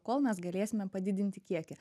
kol mes galėsime padidinti kiekį